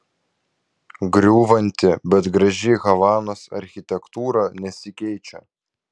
griūvanti bet graži havanos architektūra nesikeičia